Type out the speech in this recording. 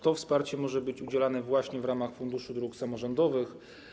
To wsparcie może być udzielane właśnie w ramach Funduszu Dróg Samorządowych.